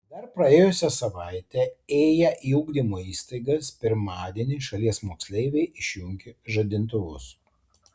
dar praėjusią savaitę ėję į ugdymo įstaigas pirmadienį šalies moksleiviai išjungė žadintuvus